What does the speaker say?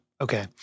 Okay